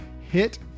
hit